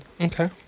okay